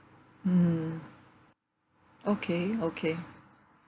mm okay okay